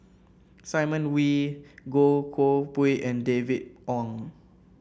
Simon Wee Goh Koh Pui and David Wong